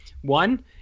One